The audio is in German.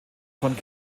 von